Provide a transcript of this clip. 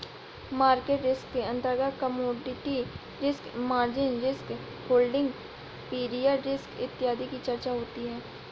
market risk के अंतर्गत commodity risk, margin risk, holding period risk इत्यादि की चर्चा होती है